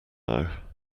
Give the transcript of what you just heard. now